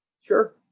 Sure